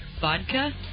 vodka